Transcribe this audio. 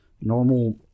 Normal